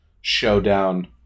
Showdown